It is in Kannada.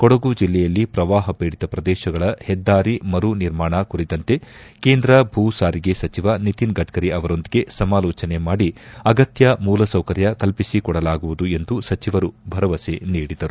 ಕೊಡಗು ಜಿಲ್ಲೆಯಲ್ಲಿ ಪ್ರವಾಹ ಪೀಡಿತ ಪ್ರದೇಶಗಳ ಹೆದ್ದಾರಿ ಮರು ನಿರ್ಮಾಣ ಕುರಿತಂತೆ ಕೇಂದ್ರ ಭೂ ಸಾರಿಗೆ ಸಚಿವ ನಿತಿನ್ ಗಡ್ಡರಿ ಅವರೊಂದಿಗೆ ಸಮಾಲೋಚನೆ ಮಾಡಿ ಅಗತ್ಯ ಮೂಲ ಸೌಕರ್ಯ ಕಲ್ಪಿಸಿಕೊಡಲಾಗುವುದು ಎಂದು ಸಚಿವರು ಭರವಸೆ ನೀಡಿದರು